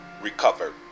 recovered